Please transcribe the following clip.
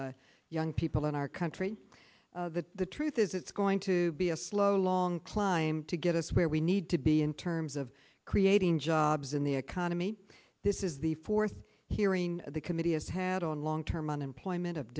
young people in our country that the truth is it's going to be a slow long climb to get us where we need to be in terms of creating jobs in the economy this is the fourth hearing the committee has had on long term unemployment of